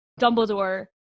Dumbledore